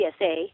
CSA